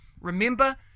Remember